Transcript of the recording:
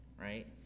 right